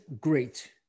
great